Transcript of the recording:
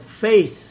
faith